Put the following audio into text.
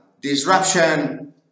Disruption